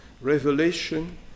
revelation